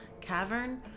Cavern